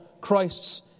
Christ's